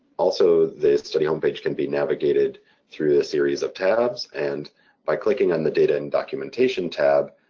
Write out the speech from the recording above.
also the study home page can be navigated through the series of tabs and by clicking on the data and documentation tab,